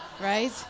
right